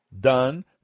done